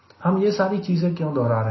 हम यह सारी चीजें क्यों दोहरा रहे हैं